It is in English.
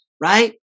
right